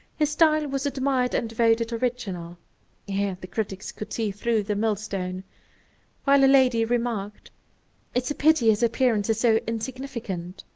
his style was admired and voted original here the critics could see through the millstone while a lady remarked it's a pity his appearance is so insignificant.